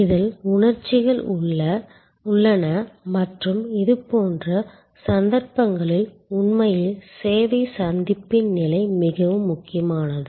இதில் உணர்ச்சிகள் உள்ளன மற்றும் இதுபோன்ற சந்தர்ப்பங்களில் உண்மையில் சேவை சந்திப்பின் நிலை மிகவும் முக்கியமானது